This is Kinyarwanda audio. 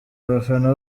abafana